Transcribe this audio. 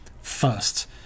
first